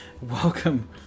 Welcome